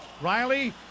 Riley